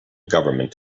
government